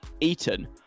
Eton